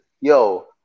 yo